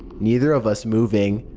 neither of us moving,